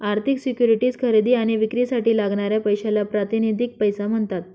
आर्थिक सिक्युरिटीज खरेदी आणि विक्रीसाठी लागणाऱ्या पैशाला प्रातिनिधिक पैसा म्हणतात